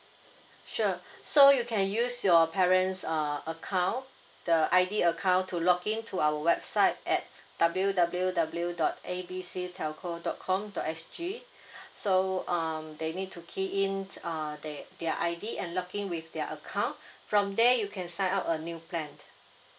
sure so you can use your parent's err account the I_D account to login to our website at W_W_W dot A B C telco dot com dot S_G so um they'll need to key in err they their I_D and login with their account from there you can sign up a new plan